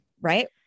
Right